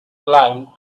climbed